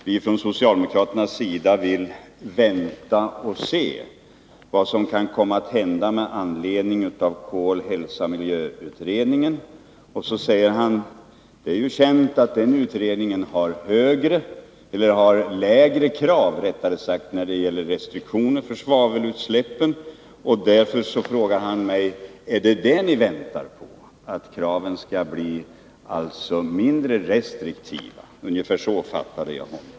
Herr talman! Lennart Brunander sade att vi från socialdemokraternas sida vill vänta och se vad som kan komma att hända med anledning av Kol-Hälsa-Miljö-utredningen. Vidare säger han att det är känt att den utredningen har lägre krav när det gäller restriktioner för svavelutsläpp, och därför frågar han mig: Är det det ni väntar på, att kraven skall bli mindre restriktiva? Ungefär så uppfattade jag honom.